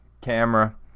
camera